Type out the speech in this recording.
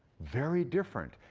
very different,